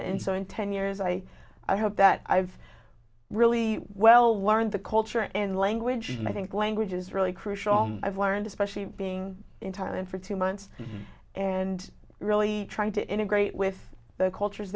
and so in ten years i i hope that i've really well learned the culture in language and i think language is really crucial i've learned especially being in thailand for two months and really trying to integrate with the cultures